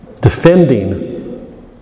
defending